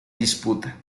disputa